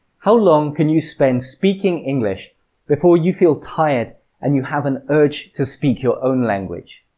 how long can you spend speaking english before you feel tired and you have an urge to speak your own language?